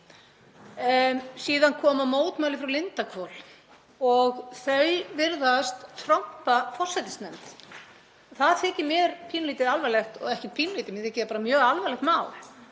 Síðan koma mótmæli frá Lindarhvol og þau virðast trompa forsætisnefnd. Það þykir mér pínulítið alvarlegt og ekki pínulítið, mér þykir það mjög alvarlegt mál